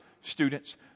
students